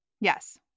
Yes